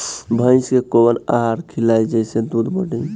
भइस के कवन आहार खिलाई जेसे दूध बढ़ी?